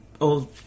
old